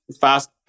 fast